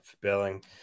billing